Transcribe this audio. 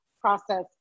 process